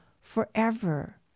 forever